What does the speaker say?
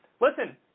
Listen